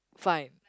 fine